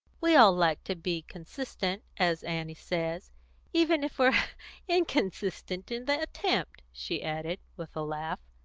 we all like to be consistent, as annie says even if we're inconsistent in the attempt, she added, with a laugh.